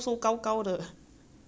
!aiya! she lucky lah